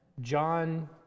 John